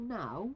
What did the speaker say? now